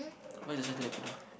what exercise like to do